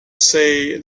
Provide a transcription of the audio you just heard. say